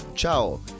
Ciao